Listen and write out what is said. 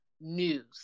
news